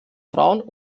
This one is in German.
frauen